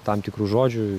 tam tikrų žodžių